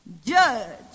Judge